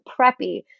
preppy